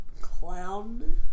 clown